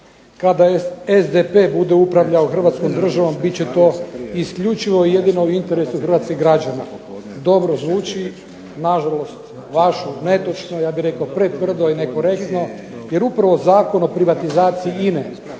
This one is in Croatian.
"Kada SDP bude upravljao Hrvatskom državom bit će to isključivo i jedino u interesu hrvatskih građana." Dobro zvuči, nažalost vašu, netočno. Ja bih rekao pretvrdo i nekorektno jer upravo Zakon o privatizaciji INA-e